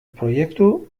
proiektu